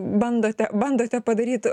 bandote bandote padaryt